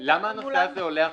למה הנושא הזה עולה עכשיו?